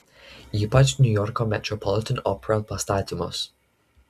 ypač niujorko metropolitan opera pastatymus